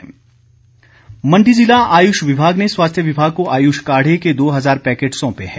आयुष काढा मंडी जिला आयुष विभाग ने स्वास्थ्य विभाग को आयुष काढ़े के दो हजार पैकेट सौंपे हैं